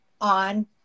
on